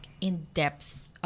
in-depth